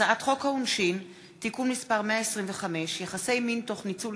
הצעת חוק העונשין (תיקון מס' 125) (יחסי מין תוך ניצול